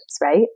right